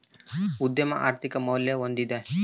ಉದ್ಯಮಿ ಆರ್ಥಿಕ ಮೌಲ್ಯ ಹೊಂದಿದ